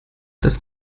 das